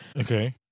Okay